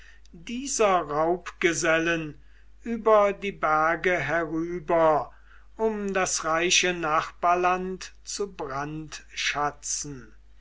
dieser raubgesellen über die berge herüber um das reiche nachbarland zu brandschatzen